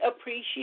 appreciate